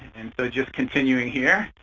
and so just continuing here.